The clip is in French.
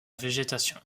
végétation